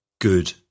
good